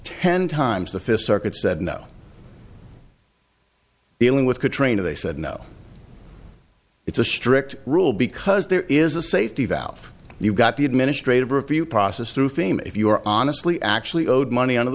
ten times the fist circuit said no dealing with katrina they said no it's a strict rule because there is a safety valve you've got the administrative review process through fim if you are honestly actually owed money out of